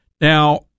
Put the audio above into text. Now